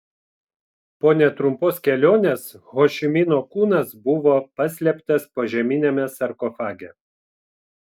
po netrumpos kelionės ho ši mino kūnas buvo paslėptas požeminiame sarkofage